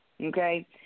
Okay